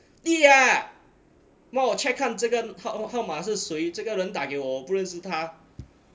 弟啊帮我 check 看这个号号码是谁这个人打给我我不认识他